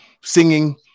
singing